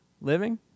living